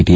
T